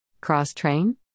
Cross-train